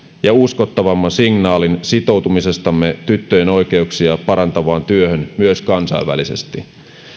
ja uskottavamman signaalin sitoutumisestamme tyttöjen oikeuksia parantavaan työhön myös kansainvälisesti